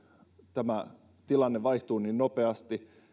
tämä tilanne vaihtuu niin nopeasti